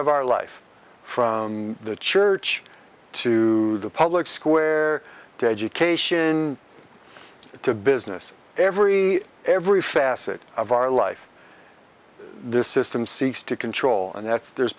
of our life from the church to the public square to education to business every every facet of our life the system seeks to control and that's there's